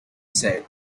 said